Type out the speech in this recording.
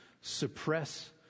suppress